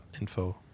info